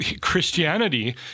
Christianity